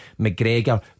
McGregor